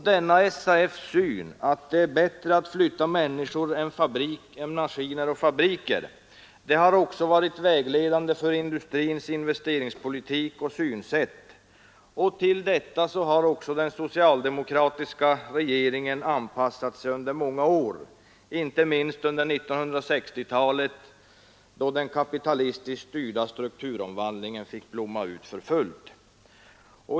Denna SAF:s syn att det är bättre att flytta människor än maskiner och fabriker har också varit vägledande för industrins investeringspolitik och synsätt. Till detta har den socialdemokratiska regeringen anpassat sig under många år, inte minst under 1960-talet, då den kapitalistiskt styrda strukturomvandlingen fick blomma ut för fullt.